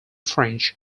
french